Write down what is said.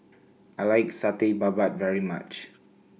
I like Satay Babat very much